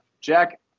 Jack